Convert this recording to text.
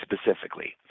specifically